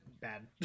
bad